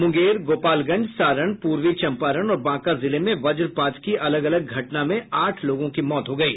मुंगेर गोपालगंज सारण पूर्वी चंपारण और बांका जिले में वज्रपात की अलग अलग घटना में आठ लोगों की मौत हो गयी